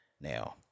Now